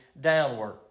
downward